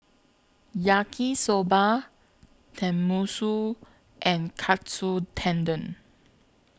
Yaki Soba Tenmusu and Katsu Tendon